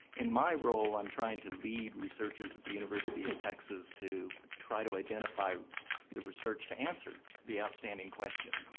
in my role i'm trying to lead researchers at the university of texas to try to identify the research to answer the outstanding questions.